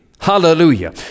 hallelujah